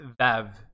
Vav